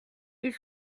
ils